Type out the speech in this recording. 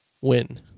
win